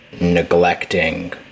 Neglecting